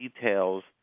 details